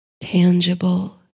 tangible